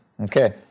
Okay